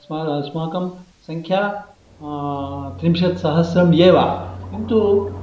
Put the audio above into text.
अस्माकं संख्या त्रिंशत्सहस्रं एव किन्तु